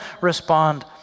respond